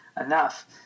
enough